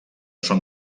són